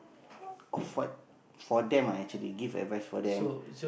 of what for them ah actually give advice for them